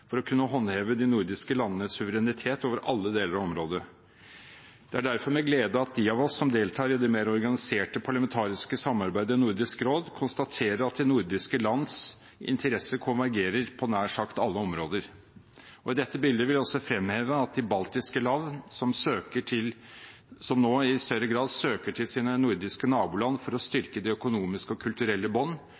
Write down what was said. for å kunne håndheve de nordiske landenes suverenitet over alle deler av området. Det er derfor med glede at de av oss som deltar i det mer organiserte parlamentariske samarbeidet i Nordisk råd, konstaterer at de nordiske lands interesser konvergerer på nær sagt alle områder. I dette bildet vil jeg også fremheve de baltiske land, som nå i større grad søker til sine nordiske naboland for å styrke de økonomiske og kulturelle bånd,